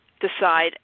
decide